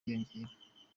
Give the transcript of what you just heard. yiyongera